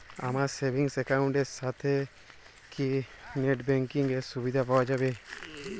আমার savings account এর সাথে কি নেটব্যাঙ্কিং এর সুবিধা পাওয়া যাবে?